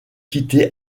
quitter